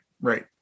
right